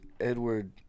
Edward